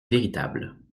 véritable